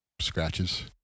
scratches